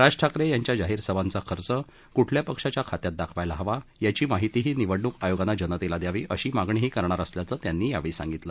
राज ठाकरे यांच्या जाहीर सभांचा खर्च कुठल्या पक्षाच्या खात्यात दाखवायला हवा याची माहितीही निवडणूक आयोगानं जनतेला द्यावी अशी मागणीही करणार असल्याचं त्यांनी यावेळी सांगतिलं